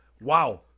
wow